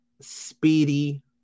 speedy